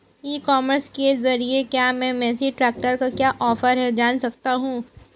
ई commerce के ज़रिए क्या मैं मेसी ट्रैक्टर का क्या ऑफर है जान सकता हूँ?